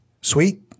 sweet